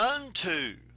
unto